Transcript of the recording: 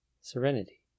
serenity